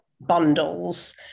bundles